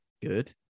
good